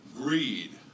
Greed